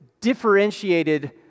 differentiated